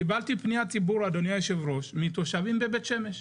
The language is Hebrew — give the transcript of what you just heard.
קיבלתי פניות ציבור אדוני היושב ראש מתושבים מבית שמש.